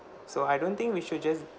so I don't think we should just